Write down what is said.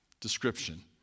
description